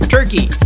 Turkey